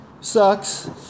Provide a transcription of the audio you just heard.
sucks